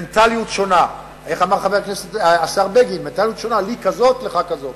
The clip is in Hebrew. מנטליות שונה: לי כזאת, לך כזאת.